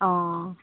অঁ